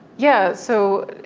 yeah. so,